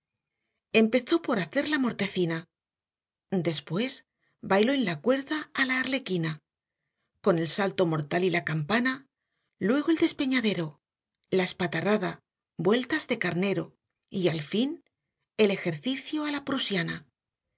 empezó por hacer la mortecina después bailó en la cuerda a la arlequina con el salto mortal y la campana luego el despeñadero la espatarrada vueltas de carnero y al fin el ejercicio a